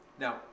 Now